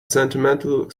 sentimental